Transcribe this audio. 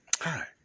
Hi